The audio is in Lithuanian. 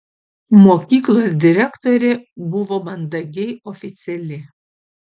mokyklos direktorė buvo mandagiai oficiali